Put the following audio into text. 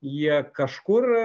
jie kažkur